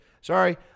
sorry